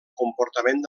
comportament